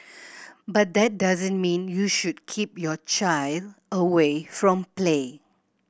but that doesn't mean you should keep your child away from play